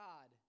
God